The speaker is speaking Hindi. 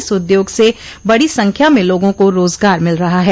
इस उद्योग से बड़ी संख्या में लोगों को रोजगार मिल रहा है